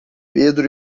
pedro